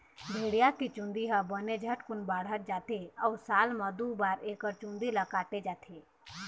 भेड़िया के चूंदी ह बने झटकुन बाढ़त जाथे अउ साल म दू बार एकर चूंदी ल काटे जाथे